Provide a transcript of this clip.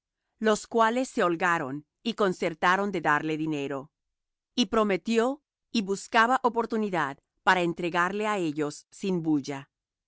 los cuales se holgaron y concertaron de darle dinero y prometió y buscaba oportunidad para entregarle á ellos sin bulla